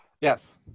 Yes